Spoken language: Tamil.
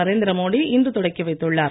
நரேந்திர மோடி இன்று தொடக்கி வைத்துள்ளார்